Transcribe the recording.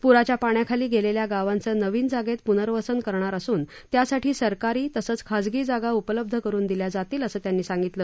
पुराच्या पाण्याखाली गेलेल्या गावांचं नवीन जागेत पुनर्वसन करणार असून त्यासाठी सरकारी तसंच खासगी जागा उपलब्ध करून दिल्या जातील असं त्यांनी सांगितलं